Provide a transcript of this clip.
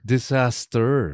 Disaster